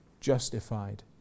justified